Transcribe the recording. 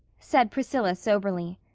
said priscilla soberly.